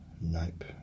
nope